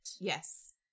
yes